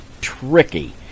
tricky